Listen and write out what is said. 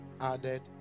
added